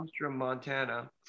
Montana